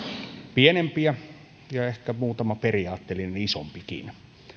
pienempiä ja ehkä muutama periaatteellinen isompikin